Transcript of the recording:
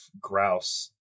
grouse